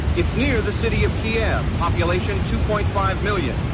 it's near the city of kiev, population two point five million,